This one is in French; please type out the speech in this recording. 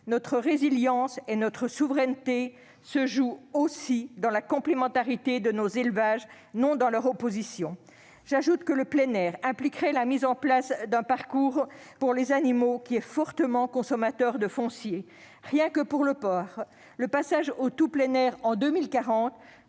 Notre résilience et notre souveraineté se jouent dans la complémentarité de nos élevages, non dans leur opposition. J'ajoute que le plein air impliquerait la mise en place d'un parcours pour les animaux qui est fortement consommateur de foncier. Rien que pour le porc, le passage au tout plein air en 2040